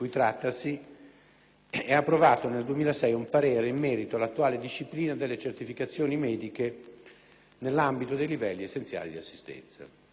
ha approvato, nel 2006, un parere in merito alla attuale disciplina delle certificazioni mediche nell'ambito dei livelli essenziali di assistenza.